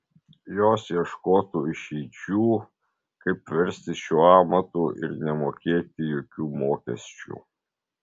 jos ieškotų išeičių kaip verstis šiuo amatu ir nemokėti jokių mokesčių